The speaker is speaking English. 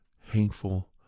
hateful